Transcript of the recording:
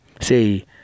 See